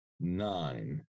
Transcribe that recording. nine